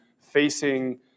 facing